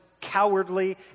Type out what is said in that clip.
cowardly